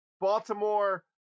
Baltimore